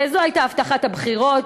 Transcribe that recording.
וזו הייתה הבטחת הבחירות,